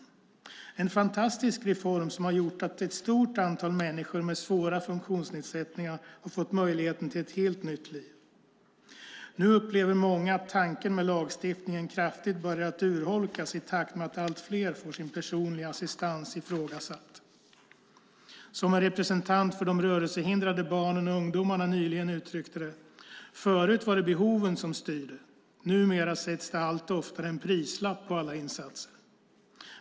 Det är en fantastisk reform som har gjort att ett stort antal människor med svåra funktionsnedsättningar har fått möjligheten till ett helt nytt liv. Nu upplever många att tanken med lagstiftningen kraftigt har börjat urholkas i takt med att allt fler får sin personliga assistans ifrågasatt. Som en representant för de rörelsehindrade barnen och ungdomarna nyligen uttryckte det: Förut var det behoven som styrde, numera sätts allt oftare en prislapp på alla insatser.